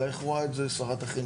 אלא איך רואה את זה שרת החינוך,